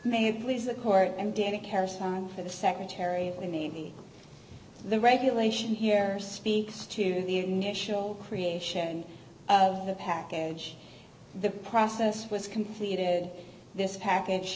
it please the court and did a carousel for the secretary of the navy the regulation here speaks to the initial creation of the package the process was completed this package